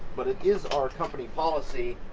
but it is our company policy